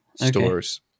stores